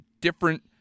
different